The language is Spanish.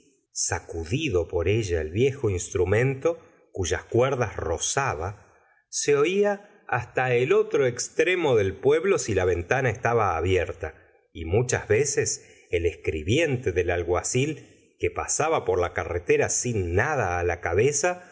sacudido por ella el viejo instrumento cuyas cuerdas rozaba se oía hasta el otro extremo del pueblo si la ventana estaba abierta y muchas veces el escribiente del alguacil que pasaba por la carretera sin nada la cabeza